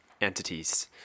entities